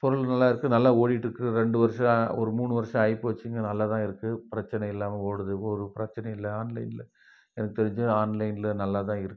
பொருள் நல்லா இருக்குது நல்லா ஓடிட்டு இருக்குது ரெண்டு வருஷம் ஒரு மூணு வருஷம் ஆயிபோச்சுங்க நல்லா தான் இருக்குது பிரச்சின இல்லாமல் ஓடுது ஒரு பிரச்சினை இல்லை ஆன்லைனில் எனக்கு தெரிஞ்சு ஆன்லைனில் நல்லா தான் இருக்குது